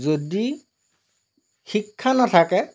যদি শিক্ষা নাথাকে